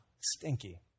stinky